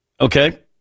Okay